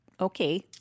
Okay